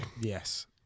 yes